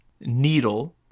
needle